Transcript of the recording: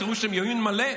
אתם אומרים שאתם ימין מלא?